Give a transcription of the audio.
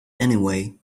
anyway